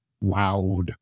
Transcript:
loud